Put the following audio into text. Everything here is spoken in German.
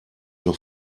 noch